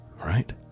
right